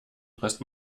presst